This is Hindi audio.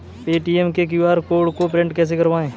पेटीएम के क्यू.आर कोड को प्रिंट कैसे करवाएँ?